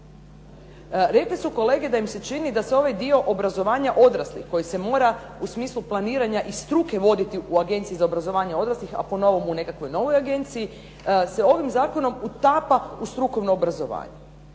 Rekli su kolege da im se čini da ovaj dio obrazovanja odraslih koji se mora u smislu planiranja struke voditi u Agenciji za obrazovanje odraslih po novom u nekoj novoj agenciji se ovim zakonom utapa u strukovno obrazovanje,